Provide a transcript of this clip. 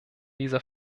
dieser